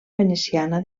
veneciana